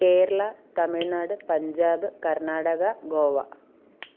Kerala Tamil Nadu Punjab Karnataka Goa